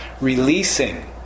releasing